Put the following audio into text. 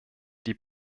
die